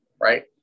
right